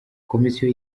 komisiyo